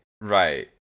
right